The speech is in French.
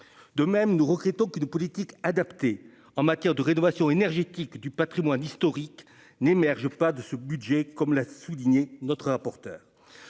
de même nous regrettons qu'une politique adaptée en matière de rénovation énergétique du Patrimoine historique n'émerge pas de ce budget, comme l'a souligné, notre rapporteur